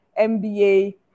MBA